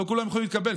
לא כולם יכולים להתקבל,